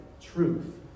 truth